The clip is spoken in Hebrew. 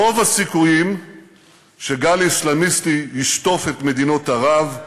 אמרתי: רוב הסיכויים שגל אסלאמיסטי ישטוף את מדינות ערב,